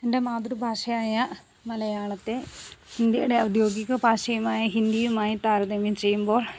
എൻ്റെ മാതൃഭാഷയായ മലയാളത്തെ ഇന്ത്യയുടെ ഔദ്യോഗിക ഭാഷയുമായി ഹിന്ദിയുമായി താരതമ്യം ചെയ്യുമ്പോൾ